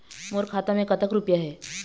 मोर खाता मैं कतक रुपया हे?